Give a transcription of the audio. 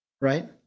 right